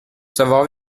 savoir